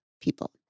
people